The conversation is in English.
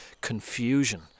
confusion